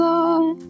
Lord